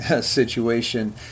situation